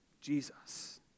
Jesus